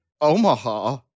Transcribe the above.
Omaha